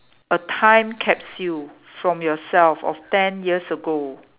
a time capsule from yourself of ten years ago